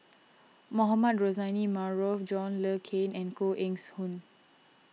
Mohamed Rozani Maarof John Le Cain and Koh Eng's Hoon